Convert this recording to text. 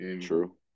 True